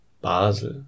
Basel